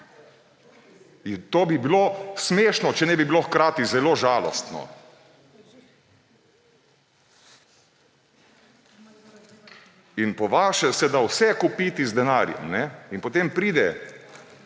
To bi bilo smešno, če ne bi bilo hkrati zelo žalostno. In po vaše se da vse kupiti z denarjem. In potem pride